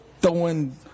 throwing